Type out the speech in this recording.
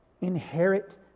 Inherit